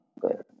good